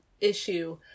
issue